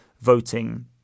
voting